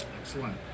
excellent